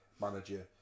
manager